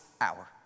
hour